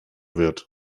wird